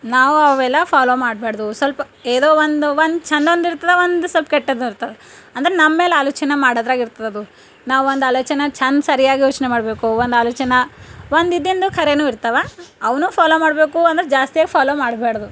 ನಾವು ಅವೆಲ್ಲ ಫಾಲೋ ಮಾಡ್ಬಾರ್ದು ಸ್ವಲ್ಪ ಏನೋ ಒಂದು ಒಂದು ಚಂದೊಂದಿರ್ತದ ಒಂದು ಸ್ವಲ್ಪ ಕೆಟ್ಟದಿರ್ತದ ಅಂದರೆ ನಮ್ಮೇಲೆ ಆಲೋಚನೆ ಮಾಡೋದಾಗಿರ್ತದದು ನಾವೊಂದು ಆಲೋಚನೆ ಚೆಂದ ಸರಿಯಾಗಿ ಯೋಚನೆ ಮಾಡಬೇಕು ಒಂದು ಆಲೋಚನೆ ಒಂದು ಇದೊಂದು ಖರೇನು ಇರ್ತವೆ ಅವನು ಫಾಲೋ ಮಾಡಬೇಕು ಅಂದ್ರೆ ಜಾಸ್ತಿಯಾಗಿ ಫಾಲೋ ಮಾಡ್ಬಾರ್ದು